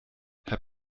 herr